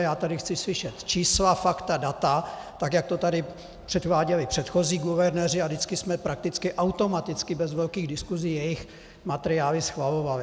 Já tady chci slyšet čísla, fakta, data, tak jak to tady předváděli předchozí guvernéři, a vždycky jsme prakticky automaticky bez velkých diskusí jejich materiály schvalovali.